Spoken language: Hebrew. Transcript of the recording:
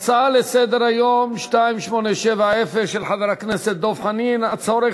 ההצעה להסיר מסדר-היום את הצעת חוק הנגשת רשת אינטרנט